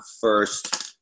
first